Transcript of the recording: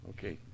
Okay